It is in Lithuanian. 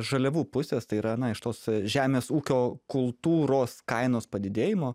žaliavų pusės tai yra na iš tos žemės ūkio kultūros kainos padidėjimo